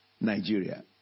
Nigeria